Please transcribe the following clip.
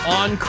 on